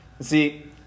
See